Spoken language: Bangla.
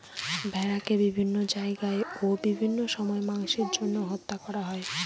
ভেড়াকে বিভিন্ন জায়গায় ও বিভিন্ন সময় মাংসের জন্য হত্যা করা হয়